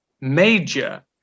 Major